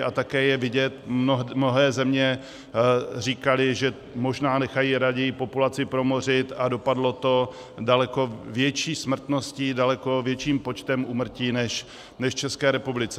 A také je vidět, mnohé země říkaly, že možná nechají raději populaci promořit, a dopadlo daleko větší smrtností, daleko větším počtem úmrtí než v České republice.